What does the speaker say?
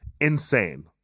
Insane